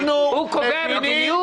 הוא לא קובע מדיניות.